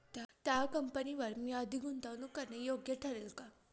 त्या कंपनीवर मी अधिक गुंतवणूक करणे योग्य ठरेल का?